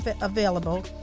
available